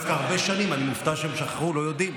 דווקא הרבה שנים, אני מופתע שהם שכחו, לא יודעים.